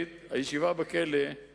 הישיבה בכלא של גלעד שליט,